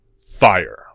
Fire